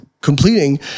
completing